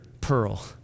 pearl